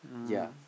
ya